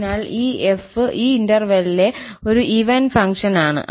അതിനാൽ ഈ 𝑓 ഈ ഇന്റർവെൽലെ ഒരു ഈവൻ ഫംഗ്ഷനാണ്